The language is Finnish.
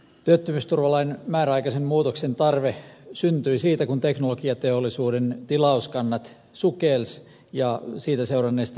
työttömyysturvalain määräaikaisen muutoksen tarve syntyi siitä kun teknologiateollisuuden tilauskannat sukelsivat ja siitä seuranneista lomautustarpeista